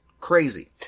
crazy